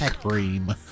Cream